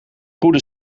goede